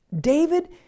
David